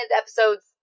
episodes